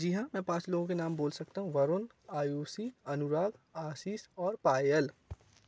जी हाँ मैं पाँच लोगों के नाम बोल सकता हूँ वरुण आयुषी अनुराग आशीष और पायल